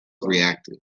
reactive